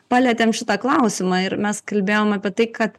palietėm šitą klausimą ir mes kalbėjom apie tai kad